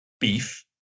beef